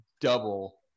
double